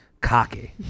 Cocky